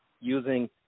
using